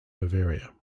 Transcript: bavaria